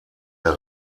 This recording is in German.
der